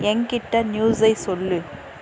என்கிட்டே நியூஸை சொல்